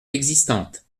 existantes